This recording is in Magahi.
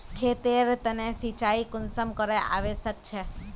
खेतेर तने सिंचाई कुंसम करे आवश्यक छै?